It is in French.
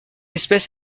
espèce